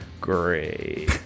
great